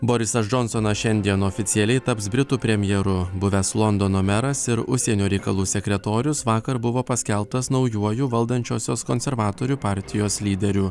borisas džonsonas šiandien oficialiai taps britų premjeru buvęs londono meras ir užsienio reikalų sekretorius vakar buvo paskelbtas naujuoju valdančiosios konservatorių partijos lyderiu